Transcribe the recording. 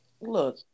Look